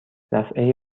دفعه